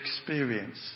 experience